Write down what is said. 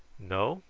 no,